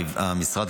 המשרד,